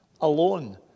alone